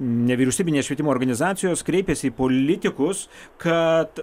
nevyriausybinės švietimo organizacijos kreipėsi į politikus kad